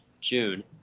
June